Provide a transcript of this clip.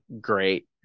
great